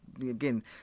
again